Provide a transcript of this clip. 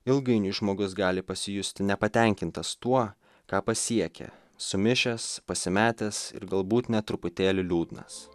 ilgainiui žmogus gali pasijusti nepatenkintas tuo ką pasiekė sumišęs pasimetęs ir galbūt net truputėlį liūdnas